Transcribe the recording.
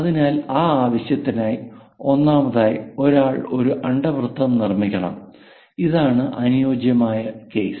അതിനാൽ ആ ആവശ്യത്തിനായി ഒന്നാമതായി ഒരാൾ ഒരു അണ്ഡവൃത്തം നിർമ്മിക്കണം ഇതാണ് അനുയോജ്യമായ കേസ്